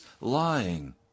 lying